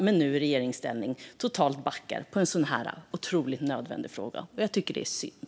Men nu när de är i regeringsställning backar de helt när det handlar om något så otroligt nödvändigt. Det tycker jag är synd.